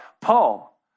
Paul